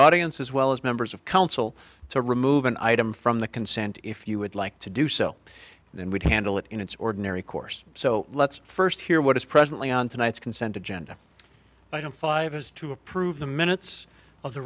audience as well as members of council to remove an item from the consent if you would like to do so then we can do it in its ordinary course so let's first hear what is presently on tonight's consent agenda item five has to approve the minutes of the